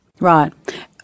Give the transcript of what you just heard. Right